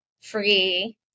free